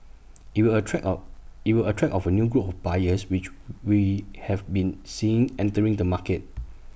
IT will attract of IT will attract of A new group of buyers which we have been seeing entering the market